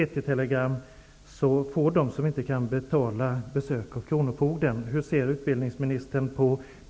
Studiestödsnämnden borde enligt min mening visa litet mer flexibilitet och ge uppskov med återbetalningen av studielånet.